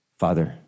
father